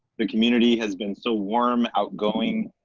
the community has been so warm, outgoing.